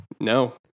no